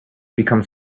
become